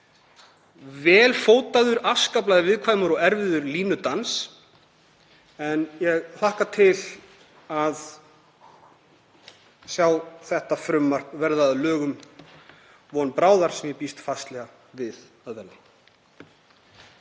þetta er afskaplega viðkvæmur og erfiður línudans. Ég hlakka til að sjá frumvarpið verða að lögum von bráðar sem ég býst fastlega við að verði.